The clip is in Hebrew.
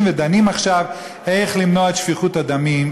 ודנות עכשיו איך למנוע את שפיכות הדמים,